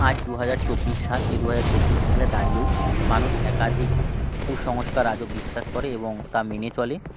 আজ দু হাজার চব্বিশ সাল এই দু হাজার চব্বিশ সালে দাঁড়িয়েও মানুষ একাধিক কুসংস্কার আজও বিশ্বাস করে এবং তা মেনে চলে